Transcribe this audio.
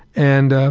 and